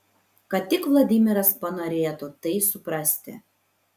kad tik vladimiras panorėtų tai suprasti